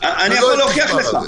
נכון.